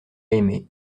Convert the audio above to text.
aimé